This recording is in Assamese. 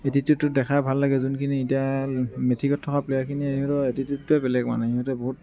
এটিটিউতটো দেখাই ভাল লাগে যোনখিনি এতিয়া মেথিকত থকা প্লেয়াৰখিনিৰ সিহঁতৰ এটিটিউতটোৱেই বেলেগ মানে সিহঁতে বহুত